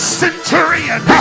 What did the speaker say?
centurion